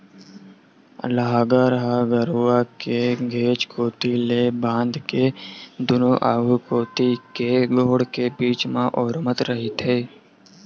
लांहगर ह गरूवा के घेंच कोती ले बांध के दूनों आघू कोती के गोड़ के बीच म ओरमत रहिथे